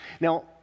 Now